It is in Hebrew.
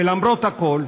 ולמרות הכול,